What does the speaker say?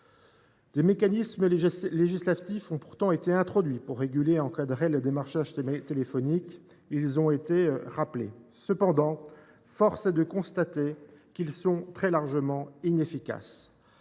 Des mécanismes législatifs ont pourtant été introduits pour réguler et encadrer le démarchage téléphonique. Cependant, force est de constater qu’ils sont très largement inefficaces.